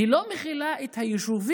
היא לא מכילה את היישובים